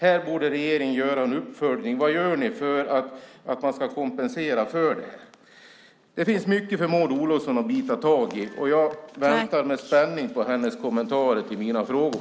Här borde regeringen göra en uppföljning. Vad gör ni för att kompensera för det här? Det finns mycket för Maud Olofsson att ta tag i. Och jag väntar med spänning på hennes kommentarer till mina frågor.